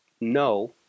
No